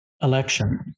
election